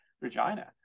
Regina